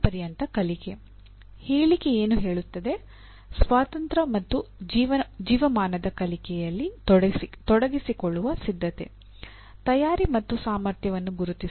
ಪಿಒ12 ಗೆ ತೊಡಗಿಸಿಕೊಳ್ಳುವ ಸಿದ್ಧತೆ ತಯಾರಿ ಮತ್ತು ಸಾಮರ್ಥ್ಯವನ್ನು ಗುರುತಿಸಿ